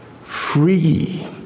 Free